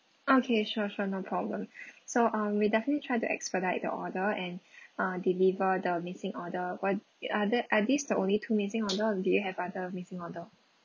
okay sure sure no problem so uh we'll definitely try to expedite the order and uh deliver the missing order what are there are this the only two missing order or do you have other missing order